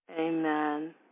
Amen